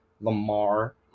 Lamar